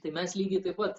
tai mes lygiai taip pat